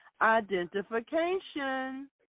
identification